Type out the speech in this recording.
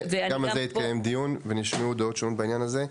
גם על זה התקיים דיון ונשמעו דעות שונות בעניין הזה.